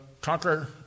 conquer